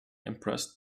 impressed